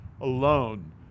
alone